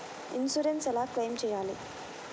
Insurance ఎలా claim చేయాలి?